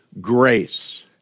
grace